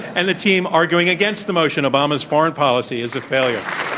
and the team arguing against the motion obama's foreign policy is a failure.